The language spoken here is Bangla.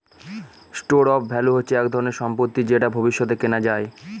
স্টোর অফ ভ্যালু হচ্ছে এক ধরনের সম্পত্তি যেটা ভবিষ্যতে কেনা যায়